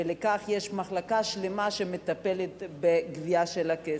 ולכך יש מחלקה שלמה שמטפלת בגביית הכסף.